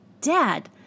Dad